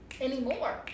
anymore